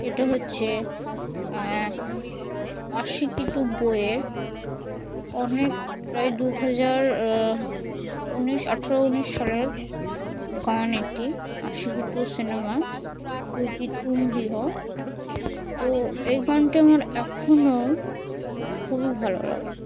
এটা হচ্ছে আশিকি টু বইয়ের অনেক প্রায় দু হাজার উনিশ আঠেরো উনিশ সালের গান এটি আশিকি টু সিনেমার কিউ কি তুম হি হো তো এই গানটি আমার এখনও খুবই ভালো লাগে